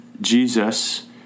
Jesus